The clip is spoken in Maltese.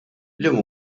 liema